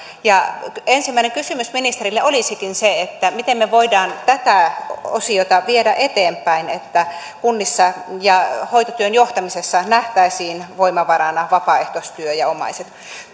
ensimmäinen kysymys ministerille olisikin se miten me voimme tätä osiota viedä eteenpäin että kunnissa ja hoitotyön johtamisessa nähtäisiin voimavarana vapaaehtoistyö ja omaiset